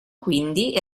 quindi